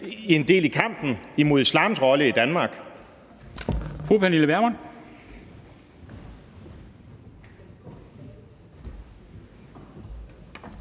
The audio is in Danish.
en del af kampen mod islams rolle i Danmark.